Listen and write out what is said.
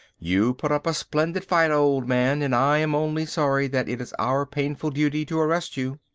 you put up a splendid fight, old man, and i am only sorry that it is our painful duty to arrest you.